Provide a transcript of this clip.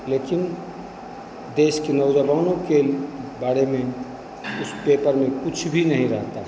लेकिन देश के नौजवानों के बारे में उस पेपर में कुछ भी नहीं रहता